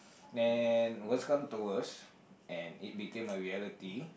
and worse come to worse and it became a reality